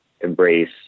embrace